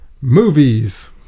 Movies